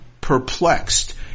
perplexed